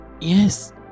Yes